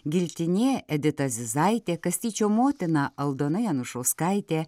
giltinė edita zizaitė kastyčio motina aldona janušauskaitė